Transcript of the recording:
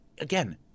Again